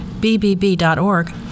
bbb.org